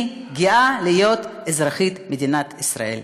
אני גאה להיות אזרחית מדינת ישראל.